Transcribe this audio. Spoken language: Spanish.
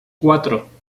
cuatro